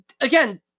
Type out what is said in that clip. again